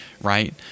right